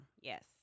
Yes